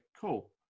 cool